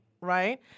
right